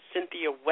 Cynthia